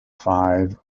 five